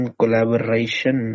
collaboration